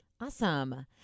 Awesome